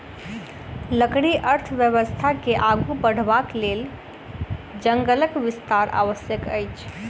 लकड़ी अर्थव्यवस्था के आगू बढ़यबाक लेल जंगलक विस्तार आवश्यक अछि